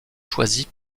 choisis